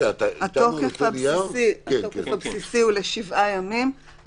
התוקף הבסיסי הוא לשבעה ימים,